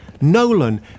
Nolan